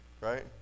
right